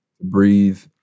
breathe